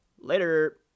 Later